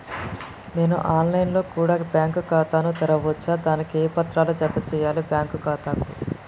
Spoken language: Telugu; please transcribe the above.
నేను ఆన్ లైన్ లో కూడా బ్యాంకు ఖాతా ను తెరవ వచ్చా? దానికి ఏ పత్రాలను జత చేయాలి బ్యాంకు ఖాతాకు?